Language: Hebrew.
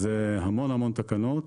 אלה המון תקנות